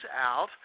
out